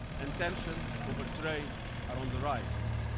and tensions over trade are on the rise.